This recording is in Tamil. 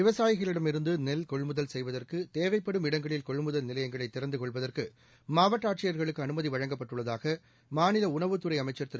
விவசாயிகளிடமிருந்து நெல் கொள்முதல் செய்வதற்கு தேவைப்படும் இடங்களில் கொள்முதல் நிலையங்களை திறந்து கொள்வதற்கு மாவட்ட ஆட்சியர்களுக்கு அனுமதி வழங்கப்பட்டுள்ளதாக மாநில உணவுத்துறை அமைச்சர் திரு